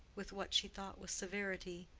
with what she thought was severity.